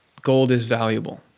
gold is valuable,